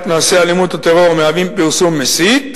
מעשה אלימות או טרור מהווים פרסום מסית,